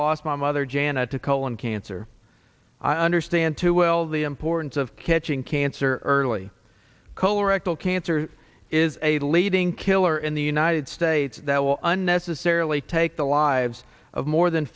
lost my mother janet to colon cancer i understand too well the importance of catching cancer early colorectal cancer is a leading killer in the united states that will unnecessarily take the lives of more than